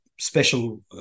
special